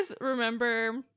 remember